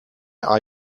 are